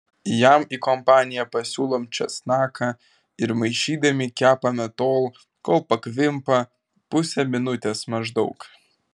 jam į kompaniją pasiūlom česnaką ir maišydami kepame tol kol pakvimpa pusę minutės maždaug